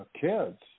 kids